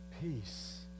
peace